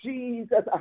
Jesus